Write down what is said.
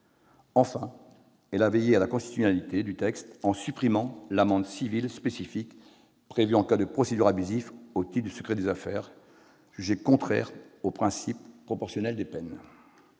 Enfin, elle a veillé à la constitutionnalité du texte en supprimant l'amende civile spécifique prévue en cas de procédures abusives au titre du secret des affaires, jugée contraire au principe de proportionnalité des peines.